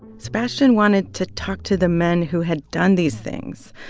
sebastian wanted to talk to the men who had done these things,